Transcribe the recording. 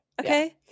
okay